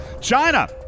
China